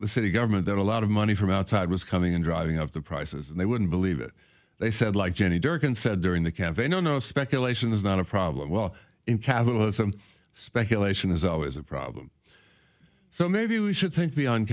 the city government that a lot of money from outside was coming in driving up the prices and they wouldn't believe it they said like any durkin said during the campaign oh no speculation is not a problem well in capitalism speculation is always a problem so maybe we should think be on